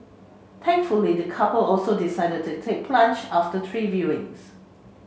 thankfully the couple also decided to take plunge after three viewings